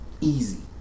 Easy